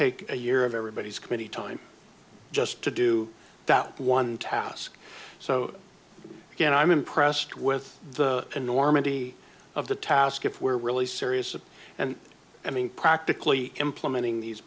take a year of everybody's committee time just to do that one task so again i'm impressed with the enormity of the task if we're really serious and i mean practically implementing these